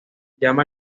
llama